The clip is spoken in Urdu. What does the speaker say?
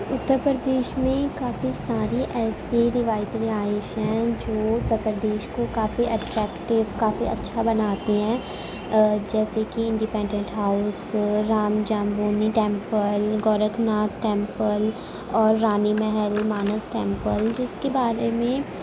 اتر پردیش میں کافی ساری ایسی روایتی رہائش ہیں جو اتر پردیش کو کافی ایٹریکٹو کافی اچھا بناتی ہیں اور جیسے کہ independent house Ram Janmabhoomi temple Gorakhnath temple اور رانی محل مانس ٹیمپل جس کے بارے میں